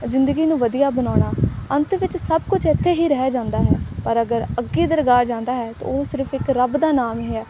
ਜ਼ਿੰਦਗੀ ਨੂੰ ਵਧੀਆ ਬਣਾਉਣਾ ਅੰਤ ਵਿੱਚ ਸਭ ਕੁਛ ਇੱਥੇ ਹੀ ਰਹਿ ਜਾਂਦਾ ਹੈ ਪਰ ਅਗਰ ਅੱਗੇ ਦਰਗਾਹ ਜਾਂਦਾ ਹੈ ਅਤੇ ਉਹ ਸਿਰਫ ਇੱਕ ਰੱਬ ਦਾ ਨਾਮ ਹੀ ਹੈ